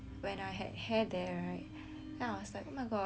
then I was like oh my god it's like so itchy